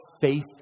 Faith